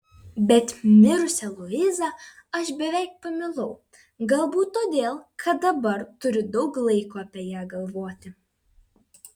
bet mirusią luizą aš beveik pamilau galbūt todėl kad dabar turiu daug laiko apie ją galvoti